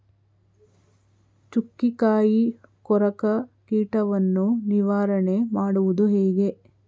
ಚುಕ್ಕಿಕಾಯಿ ಕೊರಕ ಕೀಟವನ್ನು ನಿವಾರಣೆ ಮಾಡುವುದು ಹೇಗೆ?